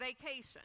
Vacation